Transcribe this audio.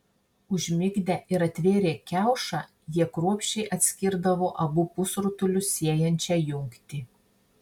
užmigdę ir atvėrę kiaušą jie kruopščiai atskirdavo abu pusrutulius siejančią jungtį